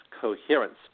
coherence